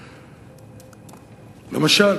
למשל,